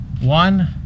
One